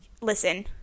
listen